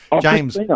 James